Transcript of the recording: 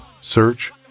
search